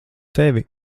tevi